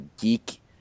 Geek